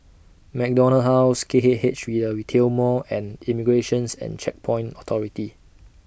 MacDonald House K K H The Retail Mall and Immigration's and Checkpoints Authority